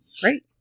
great